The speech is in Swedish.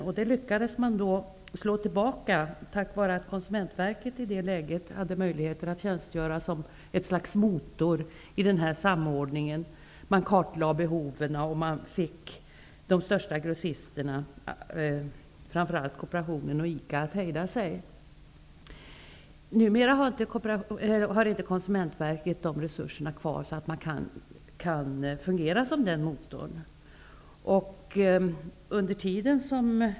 Denna attack lyckades man slå tillbaka, tack vare att Konsumentverket i det läget kunde fungera som ett slags motor i samordningen. Man kartlade behoven, och man fick de största grossisterna -- framför allt kooperationen och ICA -- att hejda sig. Konsumentverket har inte längre resurser för att kunna fungera som en sådan motor.